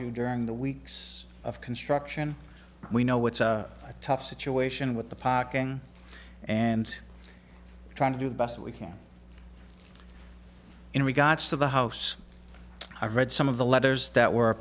you during the weeks of construction we know it's a tough situation with the pocking and trying to do the best we can in regards to the house i read some of the letters that were